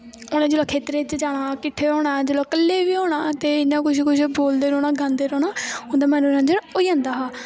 उ'नें जिसलै खेत्तरें च जाना किट्ठे होना कल्ले बी होना ते इ'यां कुछ कुछ बोलदे रौह्ना गांदे रौह्ना उं'दा मनोरंजन होई जंदा हा